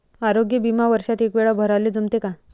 आरोग्य बिमा वर्षात एकवेळा भराले जमते का?